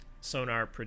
Sonar